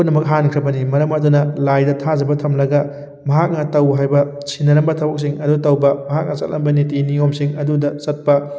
ꯄꯨꯝꯅꯃꯛ ꯍꯥꯟꯈ꯭ꯔꯕꯅꯤ ꯃꯔꯝ ꯑꯗꯨꯅ ꯂꯥꯏꯗ ꯊꯥꯖꯕ ꯊꯝꯂꯒ ꯃꯍꯥꯛꯅ ꯇꯧ ꯍꯥꯏꯕ ꯁꯤꯟꯅꯔꯝꯕ ꯊꯕꯛꯁꯤꯡ ꯑꯗꯨ ꯇꯧꯕ ꯃꯍꯥꯛꯅ ꯆꯠꯂꯝꯕ ꯅꯤꯇꯤ ꯅꯤꯌꯣꯝꯁꯤꯡ ꯑꯗꯨꯗ ꯆꯠꯄ